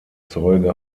zeuge